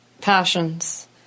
passions